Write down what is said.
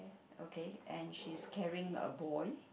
okay and she is carrying a boy